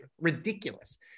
ridiculous